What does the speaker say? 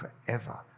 forever